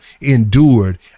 endured